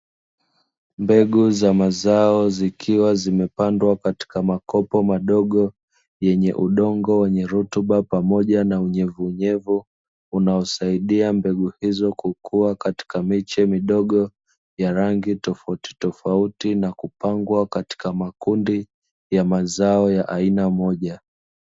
Mbegu za mazao zikiwa zimepandwa katika makopo madogo, yenye udongo wenye rutuba pamoja na unyevuunyevu, unaosaidia mbegu hizo kukua katika miche midogo ya rangi tofautitofauti, na kupangwa katika makundi ya mazao ya aina moja.